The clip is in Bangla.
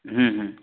হুম